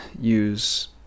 use